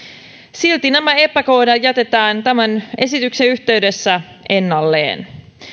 silti nämä epäkohdat jätetään tämän esityksen yhteydessä ennalleen